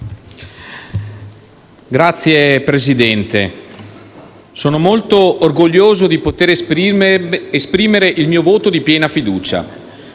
Signor Presidente, sono molto orgoglioso di poter esprimere il mio voto di piena fiducia.